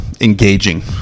Engaging